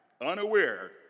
unaware